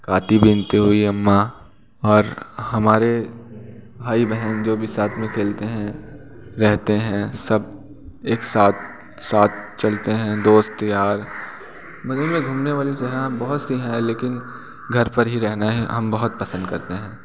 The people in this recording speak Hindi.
खाती बीनती हुई अम्मा और हमारे भाई बहन जो भी साथ में खेलते हैं रहते हैं सब एक साथ साथ चलते हैं दोस्त यार बगल में घूमने वाली जो हैं बहुत सी हैं लेकिन घर पर ही रहना है हम बहुत पसंद करते हैं